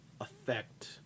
affect